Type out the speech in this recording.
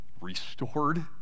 restored